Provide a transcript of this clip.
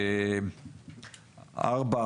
ארבע,